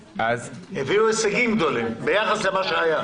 הביאו הישגים גדולים, ביחס למה שהיה.